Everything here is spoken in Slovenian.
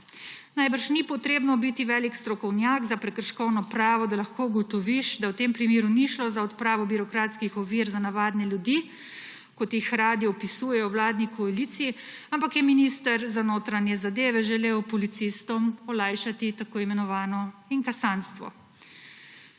Najbrž ni potrebno biti velik strokovnjak za prekrškovno pravo, da lahko ugotoviš, da v tem primeru ni šlo za odpravo birokratskih ovir za navadne ljudi, kot jih radi opisujejo v vladni koaliciji, ampak je minister za notranje zadeve želel policistom olajšati tako imenovano inkasanstvo.